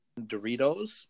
Doritos